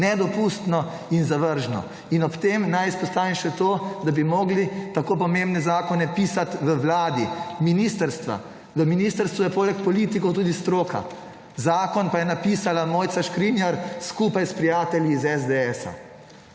Nedopustno in zavržno. In ob tem naj izpostavim še to, da bi mogli tako pomembne zakone pisat v vladi, ministrstva. V ministrstvu je poleg politikov tudi stroka. Zakon pa je napisala Mojca Škrinjar skupaj s prijatelji iz SDS.